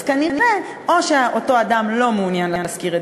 אז כנראה שאותו אדם לא מעוניין להשכיר את